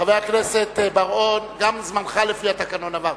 חבר הכנסת בר-און, גם זמנך לפי התקנון עבר.